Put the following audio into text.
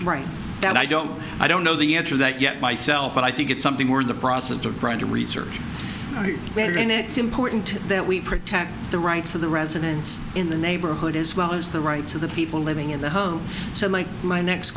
do that i don't i don't know the edge of that yet myself but i think it's something we're in the process of trying to research we're going it's important that we protect the rights of the residents in the neighborhood as well as the rights of the people living in the home so like my next